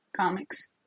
comics